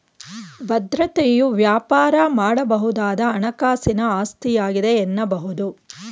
ಭದ್ರತೆಯು ವ್ಯಾಪಾರ ಮಾಡಬಹುದಾದ ಹಣಕಾಸಿನ ಆಸ್ತಿಯಾಗಿದೆ ಎನ್ನಬಹುದು